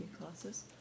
classes